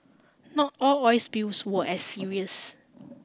not all oil spills were as serious